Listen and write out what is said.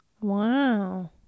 Wow